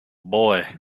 boy